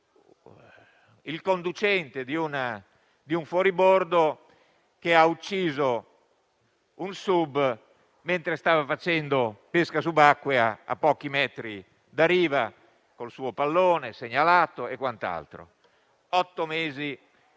il conducente di un fuoribordo che ha ucciso un sub mentre stava facendo pesca subacquea a pochi metri dalla riva col suo pallone di segnalazione. Immaginate